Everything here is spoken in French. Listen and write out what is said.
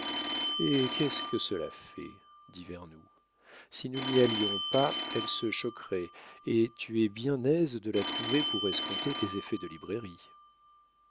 eh qu'est-ce que cela fait dit vernou si nous n'y allions pas elle se choquerait et tu es bien aise de la trouver pour escompter tes effets de librairie